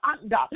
anda